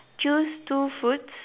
choose two foods